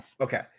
Okay